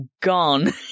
gone